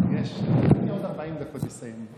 יש לי עוד 40 דקות לסיים,